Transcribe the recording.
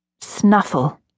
Snuffle